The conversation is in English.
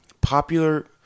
Popular